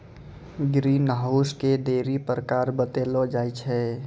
green house के ढ़ेरी प्रकार बतैलो जाय छै